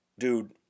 Dude